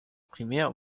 primär